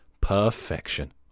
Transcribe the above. Perfection